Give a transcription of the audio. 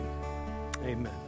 amen